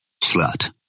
Slut